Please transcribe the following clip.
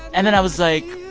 and then i was like,